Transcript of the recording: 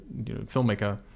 filmmaker